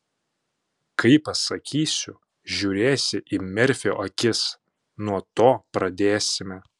kai pasakysiu žiūrėsi į merfio akis nuo to pradėsime